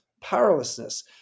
powerlessness